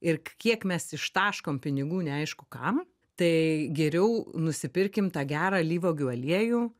ir kiek mes ištaškom pinigų neaišku kam tai geriau nusipirkim tą gerą alyvuogių aliejų